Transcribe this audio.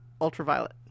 Ultraviolet